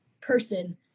person